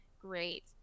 great